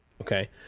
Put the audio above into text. Okay